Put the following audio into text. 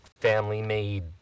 family-made